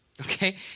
Okay